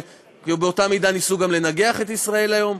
ובאותה מידה ניסו גם לנגח את "ישראל היום".